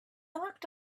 locked